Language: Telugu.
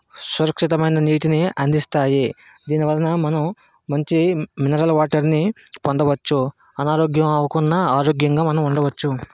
సురక్షితమైన నీటిని అందిస్తాయి దీనివలన మనం మంచి మినరల్ వాటర్ని పొందవచ్చు అనారోగ్యం అవకుండా ఆరోగ్యంగా మనం ఉండవచ్చు